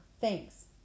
Thanks